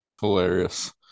Hilarious